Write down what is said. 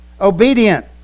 Obedient